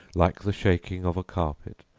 like the shaking of a carpet,